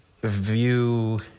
view